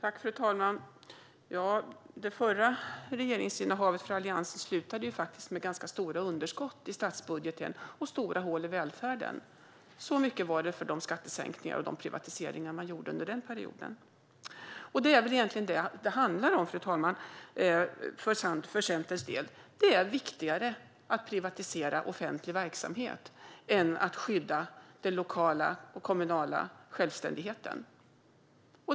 Fru talman! Det förra regeringsinnehavet för Alliansen slutade med ganska stora underskott i statsbudgeten och stora hål i välfärden. Så mycket var det för de skattesänkningar och privatiseringar man gjorde under den perioden. Fru talman! Det är egentligen vad det handlar om för Centerns del. Det är viktigare att privatisera offentlig verksamhet än att skydda den lokala och kommunala självständigheten.